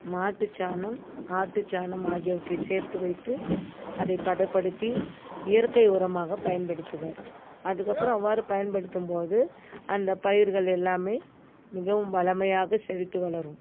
மாட்டுச்சாணம் ஆட்டுச்சாணம் ஆகியவற்றை சேர்த்து வைத்து அதைப் பதப்படுத்தி இயற்கை உரமாக பயன்படுத்துவர் அதுக்கப்புறம் அவ்வாறு பயன்படுத்தும் போது அந்த பயிர்கள் எல்லாமே மிகவும் வளமையாக செழித்து வளரும்